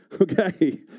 Okay